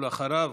ואחריו,